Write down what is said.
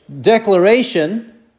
declaration